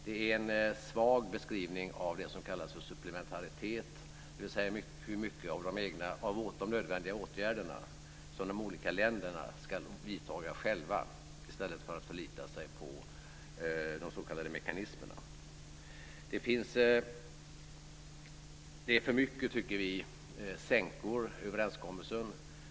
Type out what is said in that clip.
Det är en svag beskrivning av det som kallas för supplementaritet, dvs. hur mycket av de nödvändiga åtgärderna som de olika länderna ska vidta själva i stället för att förlita sig på de s.k. mekanismerna. Det är för mycket sänkor i överenskommelsen.